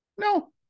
No